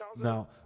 now